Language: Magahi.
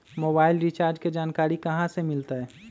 मोबाइल रिचार्ज के जानकारी कहा से मिलतै?